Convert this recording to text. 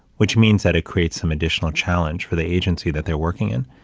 which means that it creates some additional challenge for the agency that they're working in.